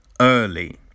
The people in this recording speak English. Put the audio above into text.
early